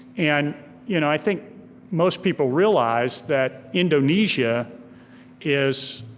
and you know i think most people realize that indonesia is